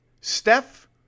Steph